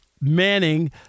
Manning